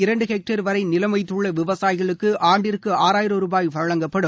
இரண்டு ஹெக்டேர் வரை நிலம் வைத்துள்ள விவசாயிகளுக்கு ஆண்டிற்கு ஆறாயிரம் ரூபாய் வழங்கப்படும்